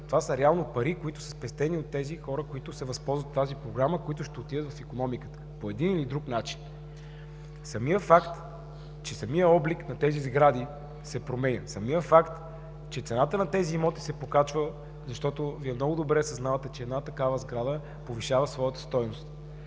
това реално са пари, спестени от тези хора, възползващи се от тази Програма, които ще отидат в икономиката по един или друг начин. Самият факт, че обликът на тези сгради се променя, самият факт, че цената на тези имоти се покачва, защото Вие много добре съзнавате, че една такава сграда повишава своята стойност.